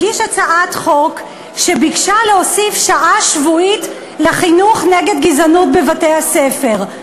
הגיש הצעת חוק שביקשה להוסיף שעה שבועית לחינוך נגד גזענות בבתי-הספר.